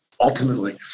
ultimately